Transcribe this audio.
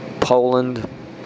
Poland